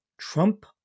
Trump